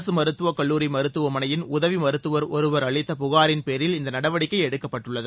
அரசு மருத்துவக் கல்லூரி மருத்துவமனையின் உதவி மருத்துவர் ஒருவர் அளித்த புகாரின் பேரில் இந்த நடவடிக்கை எடுக்கப்பட்டுள்ளது